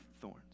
thorns